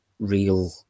real